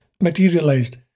materialized